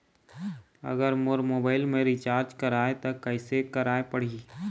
अगर मोर मोबाइल मे रिचार्ज कराए त कैसे कराए पड़ही?